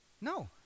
No